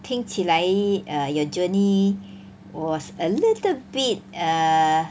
听起来 err your journey was a little bit err